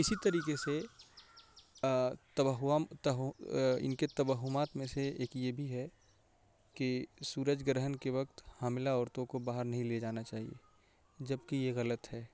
اسی طریقے سے تو ان کے تواہمات میں سے ایک یہ بھی ہے کہ سورج گرہن کے وقت حاملہ عورتوں کو باہر نہیں لے جانا چاہیے جبکہ یہ غلط ہے